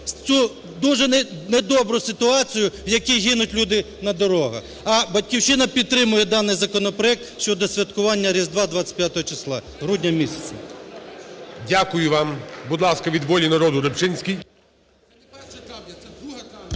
цю, дуже не добру, ситуацію, в якій гинуть люди на дорогах. "Батьківщина" підтримує даний законопроект щодо святкування Різдва 25 числа грудня місяця. ГОЛОВУЮЧИЙ. Дякую вам. Будь ласка, від "Волі народу" Рибчинський.